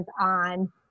on